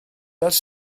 ers